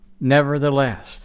Nevertheless